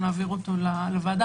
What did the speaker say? נעביר אותו לוועדה.